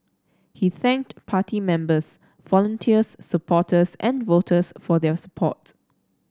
he thanked party members volunteers supporters and voters for their support